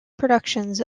productions